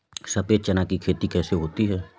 सफेद चना की खेती कैसे होती है?